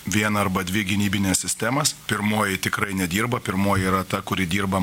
vieną arba dvi gynybines sistemas pirmoji tikrai nedirba pirmoji yra ta kuri dirbama